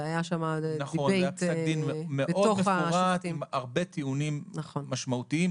זה היה פסק דין מאוד מפורט עם הרבה טיעונים משמעותיים.